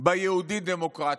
ביהודית ודמוקרטית,